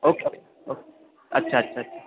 okay okay अच्छा अच्छा अच्छा